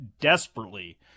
desperately